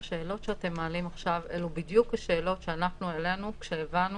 שהשאלות שאתם מעלים עכשיו אלו בדיוק השאלות שאנחנו העלינו כשהבנו